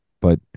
but-